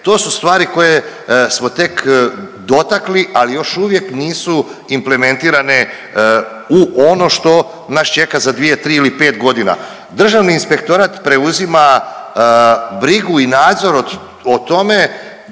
to su stvari koje smo tek dotakli, ali još uvijek nisu implementirane u ono što nas čeka za 2-3 ili 5.g.. Državni inspektorat preuzima brigu i nadzor o tome